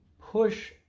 push